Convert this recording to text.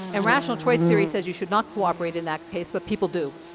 and rational choice theory says you should not cooperate in that case but people do.